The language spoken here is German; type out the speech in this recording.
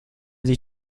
sich